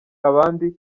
abandi